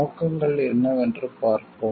நோக்கங்கள் என்னவென்று பார்ப்போம்